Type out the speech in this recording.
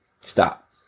Stop